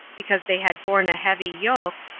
because they had borne a heavy yoke,